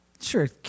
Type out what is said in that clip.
Sure